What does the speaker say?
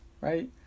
Right